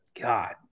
God